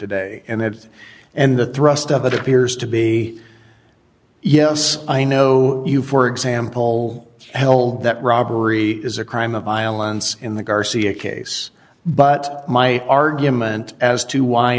today and it's and the thrust of it appears to be yes i know you for example held that robbery is a crime of violence in the garcia case but my argument as to why